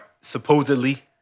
supposedly